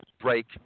break